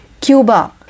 Cuba